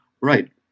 Right